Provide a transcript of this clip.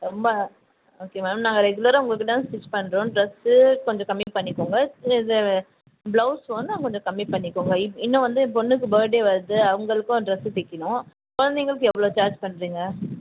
ரொம்ப okay ma'am நாங்கள் ரெகுலராக உங்கக்கிட்டே தான் ஸ்டிச் பண்ணுறோம் ட்ரெஸ்ஸு கொஞ்சம் கம்மி பண்ணிக்கோங்க இது பிளவுஸ் இன்னும் கொஞ்சம் கம்மி பண்ணிக்கோங்க இப்போ இன்னும் வந்து என் பொண்ணுக்கு பேர்த்டே வருது அவங்களுக்கும் ட்ரெஸ்ஸு தைக்கிணும் குழந்தைங்களுக்கு எவ்வளோ சார்ஜ் பண்ணுறிங்க